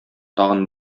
тагын